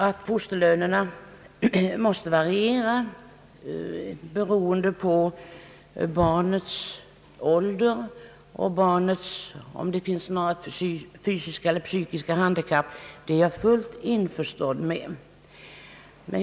Att fosterlönerna måste variera, beroende på barnets ålder, om barnet har fysiska eller psykiska handikapp osv. är jag fullt på det klara med.